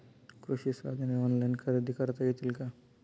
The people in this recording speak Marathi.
कृषी साधने ऑनलाइन खरेदी करता येतील का?